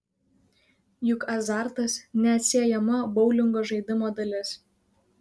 juk azartas neatsiejama boulingo žaidimo dalis